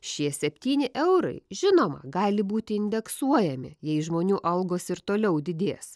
šie septyni eurai žinoma gali būti indeksuojami jei žmonių algos ir toliau didės